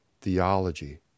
theology